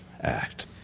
Act